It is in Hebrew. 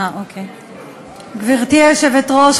גברתי היושבת-ראש,